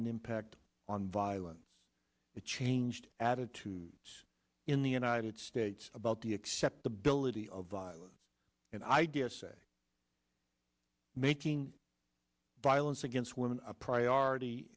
an impact on violence that changed attitudes in the united states about the acceptability of violence and i dare say making violence against women a priority